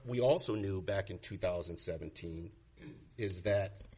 we also knew back in two thousand and seventeen is that